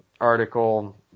article